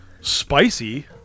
Spicy